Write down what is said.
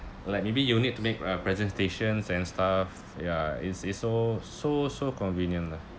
like maybe you need to make uh presentations and stuff ya it's it's so so so convenient lah